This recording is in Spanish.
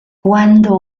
cuando